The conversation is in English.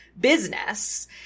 business